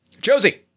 Josie